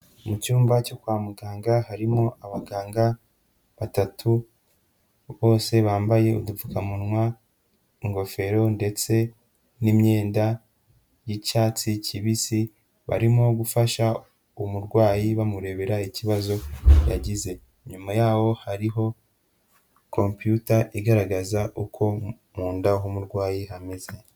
Mu cyumba cyo kwa muganga harimo abaganga batatu bose bambaye udupfukamunwa, ingofero ndetse n'imyenda y'icyatsi kibisi, barimo gufasha umurwayi bamurebera ikibazo yagize, inyuma yabo hariho kompiyuta igaragaza uko mu nda h'umurwayi hameze.